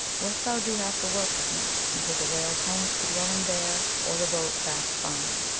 wilt thou do half the work with me? either the whales home to the dwelling bear, or the boat fast bind?